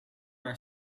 are